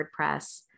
WordPress